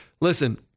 Listen